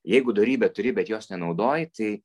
jeigu dorybę turi bet jos nenaudoji tai